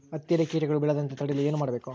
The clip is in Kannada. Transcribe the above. ಹತ್ತಿಯಲ್ಲಿ ಕೇಟಗಳು ಬೇಳದಂತೆ ತಡೆಯಲು ಏನು ಮಾಡಬೇಕು?